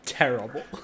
terrible